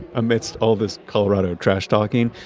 amidst all this colorado trash-talking,